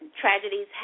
tragedies